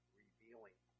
revealing